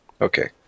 okay